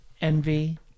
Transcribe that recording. envy